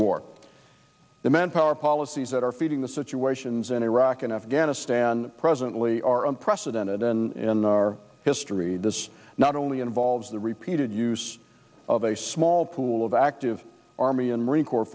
war the manpower policies that are feeding the situations in iraq and afghanistan presently are unprecedented in our history this not only involves the repeated use of a small pool of active army and marine corps